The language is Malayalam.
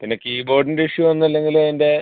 പിന്നെ കീബോഡിൻ്റെ ഇഷ്യു ഒന്നും ഇല്ലെങ്കിൽ അതിൻ്റെ